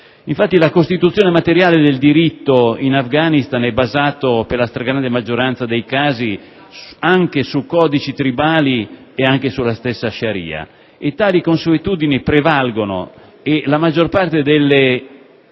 Infatti, la costituzione materiale del diritto in Afghanistan è basata, per la stragrande maggioranza dei casi, su codici tribali e sulla stessa *sharia*; tali consuetudini prevalgono e la maggior parte delle